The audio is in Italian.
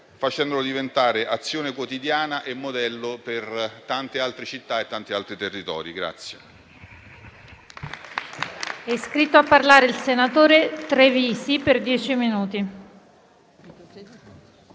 facendolo diventare azione quotidiana e modello per tante altre città e tanti altri territori.